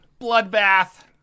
bloodbath